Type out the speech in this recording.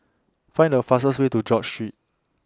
Find The fastest Way to George Street